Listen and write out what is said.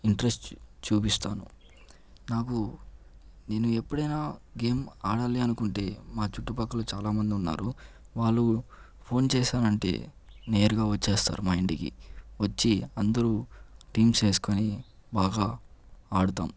interest చూపిస్తాను నాకు నేను ఎప్పుడైనా గేమ్ ఆడాలి అనుకుంటే మా చుట్టుపక్కల చాలా మంది ఉన్నారు వాళ్ళు ఫోన్ చేసానంటే నేరుగా వచ్చేస్తారు మా ఇంటికి వచ్చి అందరూ టీమ్స్ చేసుకుని బాగా ఆడుతాం